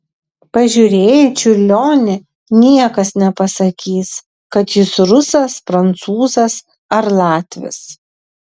pažiūrėję į čiurlionį niekas nepasakys kad jis rusas prancūzas ar latvis